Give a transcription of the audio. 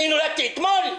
אני נולדתי אתמול?